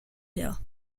her